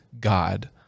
God